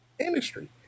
industry